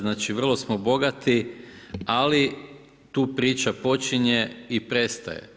Znači vrlo smo bogati, ali tu priča počinje i prestaje.